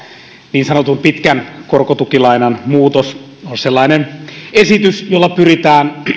niin sanotun pitkän korkotukilainan muutos on sellainen esitys jolla pyritään